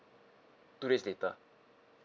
two days later